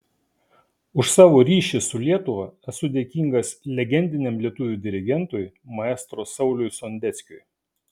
už savo ryšį su lietuva esu dėkingas legendiniam lietuvių dirigentui maestro sauliui sondeckiui